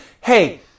hey